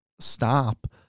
stop